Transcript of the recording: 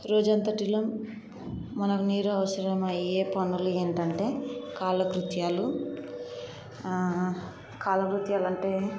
రోజు అంతటిలో మనకి నీరు అవసరమయ్యే పనులు ఏమిటంటే కాలకృత్యాలు కాలకృత్యాలు అంటే